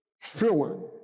filling